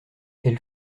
elle